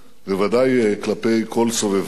בוודאי כלפי כל סובביו.